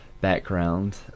background